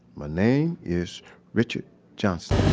my name is richard johnson,